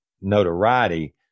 notoriety